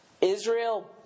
Israel